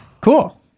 Cool